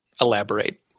elaborate